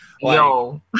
Yo